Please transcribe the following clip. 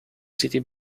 city